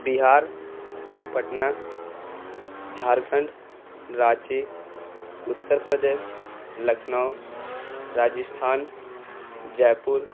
بہار پٹنہ جھارکھنڈ رراچی اتر پردیس لکھنؤ راجستھان جے پور